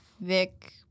Vic